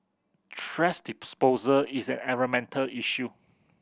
thrash disposal is an environmental issue